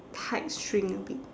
tights shrink a bit